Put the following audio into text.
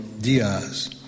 Diaz